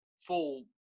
full